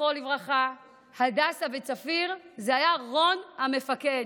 זכרו לברכה, הדסה וצפיר, היה רון המפקד.